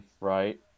Right